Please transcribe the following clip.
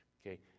Okay